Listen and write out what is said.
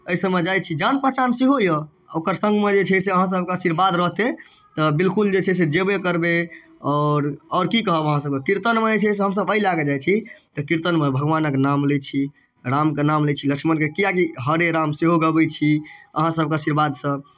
एहिसभमे जाइ छी जान पहचान सेहो यए ओकर सङ्गमे जे छै से अहाँसभके आशीर्वाद रहतै तऽ बिलकुल जे छै से जेबे करबै आओर आओर की कहब अहाँसभकेँ कीर्तनमे जे छै से हमसभ एहि लए कऽ जाइ छी तऽ कीर्तनमे भगवानक नाम लैत छी रामके नाम लैत छी लक्ष्मणके किएकि हरे राम सेहो गबै छी अहाँसभके आशीर्वादसँ